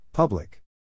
Public